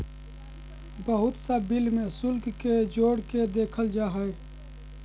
बहुत सा बिल में शुल्क के जोड़ के देखल जा हइ